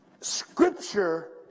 Scripture